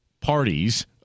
parties